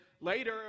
later